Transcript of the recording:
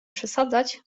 przesadzać